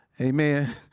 Amen